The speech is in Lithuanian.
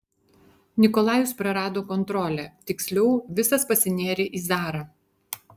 nikolajus prarado kontrolę tiksliau visas pasinėrė į zarą